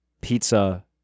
pizza